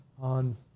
on